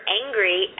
angry